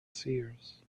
seers